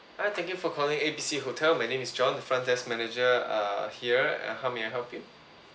hi thank you for calling A B C hotel my name is john the front desk manager uh here and how may I help you